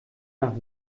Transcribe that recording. nach